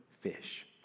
fish